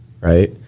right